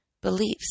beliefs